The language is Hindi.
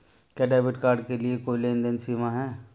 क्या डेबिट कार्ड के लिए कोई लेनदेन सीमा है?